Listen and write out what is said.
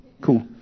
cool